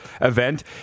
event